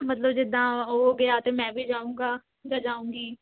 ਮਤਲਬ ਜਿੱਦਾਂ ਉਹ ਗਿਆ ਤਾਂ ਮੈਂ ਵੀ ਜਾਊਂਗਾ ਜਾਂ ਜਾਊਂਗੀ